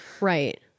Right